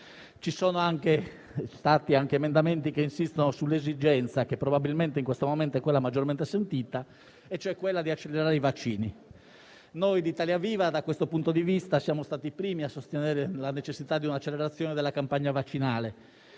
pandemia. Alcuni emendamenti insistono sull'esigenza che probabilmente in questo momento è quella maggiormente sentita, cioè quella di accelerare i vaccini. Noi di Italia Viva, da questo punto di vista, siamo stati i primi a sostenere la necessità di un'accelerazione della campagna vaccinale